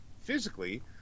physically